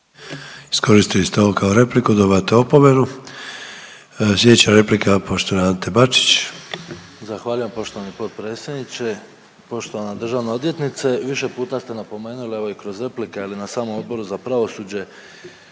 Iskoristili ste ovo kao repliku, dobivate opomenu. Sljedeća replika poštovani Ante Bačić. **Bačić, Ante (HDZ)** Zahvaljujem poštovani potpredsjedniče. Poštovana državna odvjetnice više puta ste napomenuli evo i kroz replike ali i na samom Odboru za pravosuđe